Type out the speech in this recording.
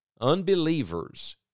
Unbelievers